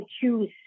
choose